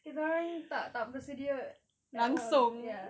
kita orang tak tak bersedia at all ya